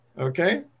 okay